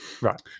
Right